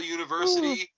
University